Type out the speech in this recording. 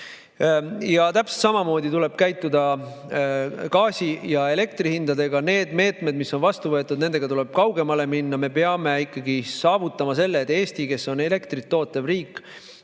Ja täpselt samamoodi tuleb käituda gaasi ja elektri hinnaga. Nende meetmetega, mis on võetud, tuleb kaugemale minna. Me peame saavutama selle, et Eesti, kes on elektrit tootev riik,